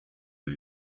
der